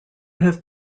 have